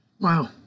Wow